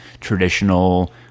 traditional